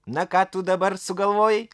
na ką tu dabar sugalvojai